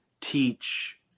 teach